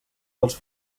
dels